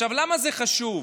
למה זה חשוב?